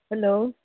hello